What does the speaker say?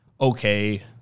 okay